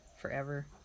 forever